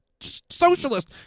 socialist